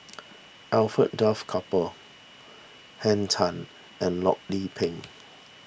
Alfred Duff Cooper Henn Tan and Loh Lik Peng